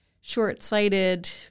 short-sighted